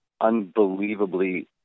unbelievably